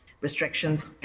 restrictions